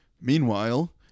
Meanwhile